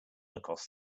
across